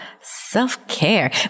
self-care